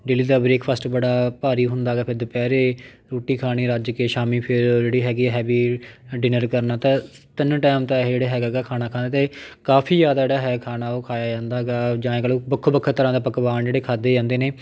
daily ਦਾ breakfast ਬੜਾ ਭਾਰੀ ਹੁੰਦਾ ਗਾ ਫੇਰ ਦੁਪਹਿਰੇ ਰੋਟੀ ਖਾਣੀ ਰੱਜ ਕੇ ਸ਼ਾਮੀ ਫੇਰ ਜਿਹੜੀ ਹੈਗੀ ਆ ਹੈਵੀ ਡਿਨਰ ਕਰਨਾ ਤਾਂ ਤਿੰਨ ਟੈਮ ਤਾਂ ਇਹ ਜਿਹੜਾ ਹੈਗਾ ਗਾ ਖਾਣਾ ਖਾਂਦੇ ਅਤੇ ਕਾਫੀ ਜ਼ਿਆਦਾ ਜਿਹੜਾ ਹੈ ਖਾਣਾ ਉਹ ਖਾਇਆ ਜਾਂਦਾ ਹੈਗਾ ਜਾਂ ਐਂ ਕਹਿ ਲਉ ਵੱਖੋਂ ਵੱਖ ਤਰ੍ਹਾਂ ਦਾ ਪਕਵਾਨ ਜਿਹੜੇ ਖਾਧੇ ਜਾਂਦੇ ਨੇ